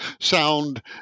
sound